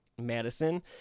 Madison